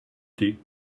thé